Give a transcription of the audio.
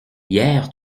hier